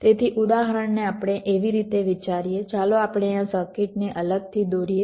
તેથી ઉદાહરણને આપણે આવી રીતે વિચારીએ ચાલો આપણે આ સર્કિટને અલગથી દોરીએ